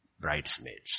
bridesmaids